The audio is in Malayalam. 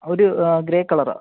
ഒരു ഗ്രേ കളറ്